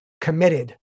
committed